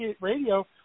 Radio